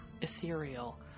ethereal